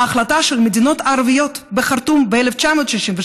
את ההחלטה של המדינות הערביות בחרטום ב-1967,